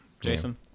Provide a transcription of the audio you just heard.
Jason